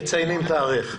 מציינים תאריך.